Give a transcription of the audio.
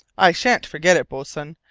i shan't forget it, boatswain,